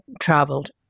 traveled